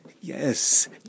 Yes